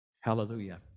Hallelujah